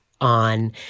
on